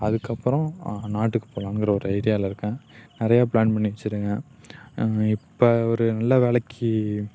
அதுக்கப்புறோம் நாட்டுக்கு போலாம்கற ஒரு ஐடியாவில் இருக்கேன் நிறையா பிளான் பண்ணி வச்சிருக்கேன் இப்போ ஒரு நல்ல வேலைக்கு